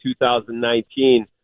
2019